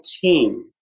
team